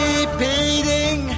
Repeating